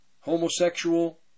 homosexual